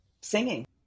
Singing